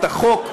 את החוק,